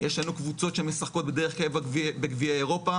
יש לנו קבוצות שמשחקות בדרך קבע בגביע אירופה